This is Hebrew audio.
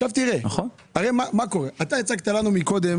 אתה הצגת לנו קודם